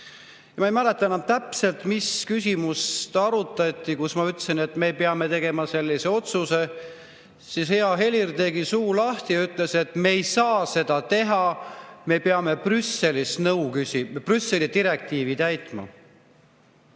Ma ei mäleta enam täpselt, mis küsimust arutati, kui ma ütlesin, et me peame tegema sellise otsuse. Hea Helir tegi suu lahti ja ütles, et me ei saa seda teha, me peame Brüsseli direktiivi täitma.